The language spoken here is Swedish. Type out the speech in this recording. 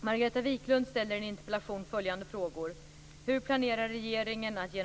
Fru talman!